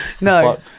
No